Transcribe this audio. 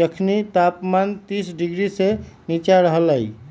जखनी तापमान तीस डिग्री से नीचा रहलइ